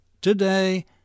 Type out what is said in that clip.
Today